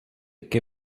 qué